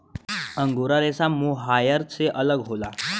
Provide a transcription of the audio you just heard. angora रेसा mohair से अलग होला